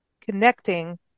connecting